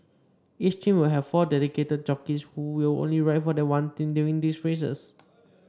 each team will have four dedicated jockeys who will only ride for that one team during these races